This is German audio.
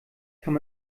kann